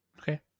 Okay